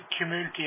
Community